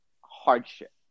hardship